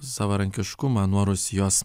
savarankiškumą nuo rusijos